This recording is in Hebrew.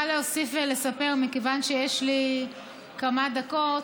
להוסיף ולספר, מכיוון שיש לי כמה דקות,